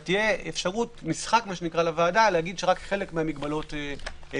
אלא תהיה אפשרות לוועדה להגיד שרק חלק מהמגבלות יחולו,